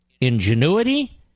ingenuity